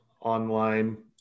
online